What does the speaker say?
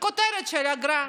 בכותרת של אגרה.